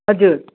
हजुर